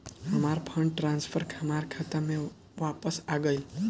हमार fund transfer हमार खाता में वापस आ गइल